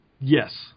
Yes